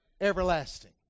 everlasting